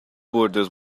borders